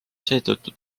seetõttu